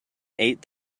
eight